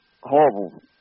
horrible